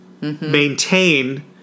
maintain